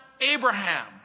Abraham